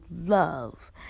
love